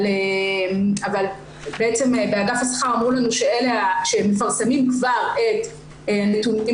אבל בעצם באגף השכר אמרו לנו שהם מפרסמים כבר את הנתונים